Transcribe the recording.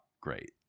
great